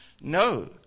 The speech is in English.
No